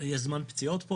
יש זמן פציעות?